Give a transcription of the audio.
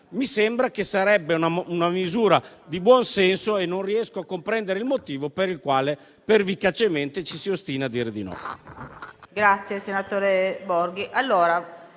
Mi sembra che sarebbe una misura di buonsenso e non riesco a comprendere il motivo per il quale, pervicacemente, ci si ostina a dire di no.